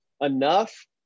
enough